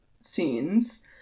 scenes